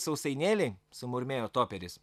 sausainėliai sumurmėjo toperis